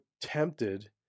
tempted